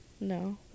No